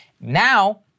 now